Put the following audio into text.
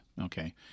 Okay